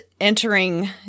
entering